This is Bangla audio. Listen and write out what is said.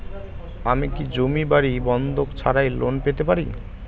আমি কি জমি বাড়ি বন্ধক ছাড়াই লোন পেতে পারি?